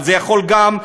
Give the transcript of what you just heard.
אבל זה יכול גם,